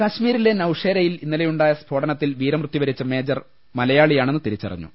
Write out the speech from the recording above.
കാശ്മീരിലെ നൌഷേരയിൽ ഇന്നലെയുണ്ടായ സ്ഫോടനത്തിൽ വീരമൃത്യു വരിച്ച മേജർ മലയാളിയാണെന്ന് തിരിച്ചറിഞ്ഞു